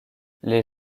les